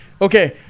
Okay